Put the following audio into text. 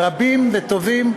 רבים וטובים,